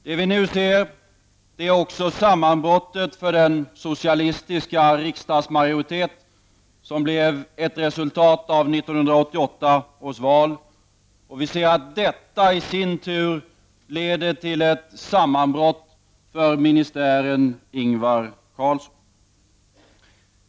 Det vi nu ser är också sammanbrottet för den socialistiska riksdagsmajoritet som blev ett resultat av 1988 års val, och vi ser att detta i sin tur leder till ett sammanbrott för ministären Ingvar Carlsson.